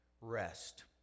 rest